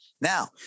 Now